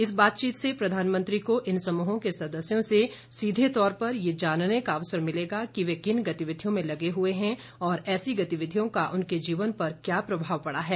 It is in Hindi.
इस बातचीत से प्रधानमंत्री को इन समूहों के सदस्यों से सीधे तौर पर यह जानने का अवसर मिलेगा कि वे किन गतिविधियों में लगे हुए हैं और ऐसी गतिविधियों का उनके जीवन पर क्या प्रभाव पड़ा है